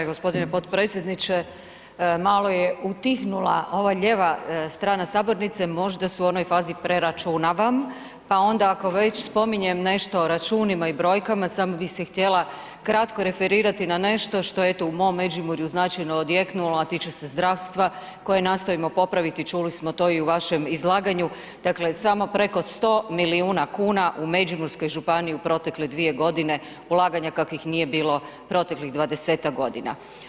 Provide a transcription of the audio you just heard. Gospodine potpredsjedniče, malo je utihnula ova lijeva strana sabornice, možda se u onoj fazi preračunavam, pa onda ako već spominjem nešto o računima i brojkama, samo bi se htjela kratko referirati na nešto što eto, u mom Međimurju značajno odjeknulo, a tiče se zdravstva, koje nastojimo popraviti, čuli smo to i u vašem izlaganju, dakle, samo preko 100 milijuna kuna u Međimurskoj županiji, u protekle dvije godine, ulaganja kakvih nije bilo proteklih 20-tak godina.